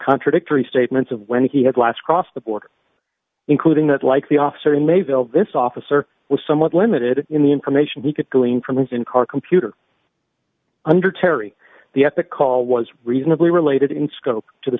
contradictory statements of when he had last crossed the border including that like the officer in mayville this officer was somewhat limited in the information he could glean from his in car computer under terry the epic call was reasonably related in scope to the